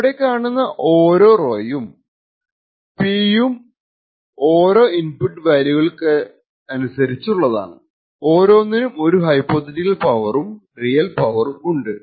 ഇവിടെ കാണുന്ന ഓരോ റോയും P യും ഓരോ ഇൻപുട്ട് വാല്യൂകൾക്കുള്ളതാണ് ഓരോന്നിനും ഒരു ഹൈപോതെറ്റിക്കൽ പവറും റിയൽ പവറും ഉണ്ട്